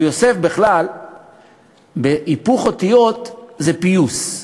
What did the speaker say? "יוסף" בהיפוך אותיות זה "פיוס".